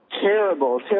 terrible